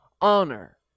honor